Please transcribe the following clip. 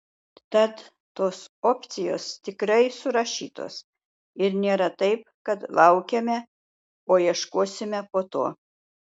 tad tos opcijos tikrai surašytos ir nėra taip kad laukiame o ieškosime po to